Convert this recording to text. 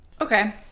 okay